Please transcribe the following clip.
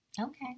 Okay